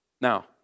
Now